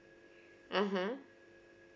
mmhmm